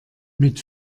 mit